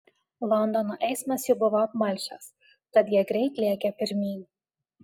londono eismas jau buvo apmalšęs tad jie greit lėkė pirmyn